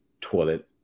toilet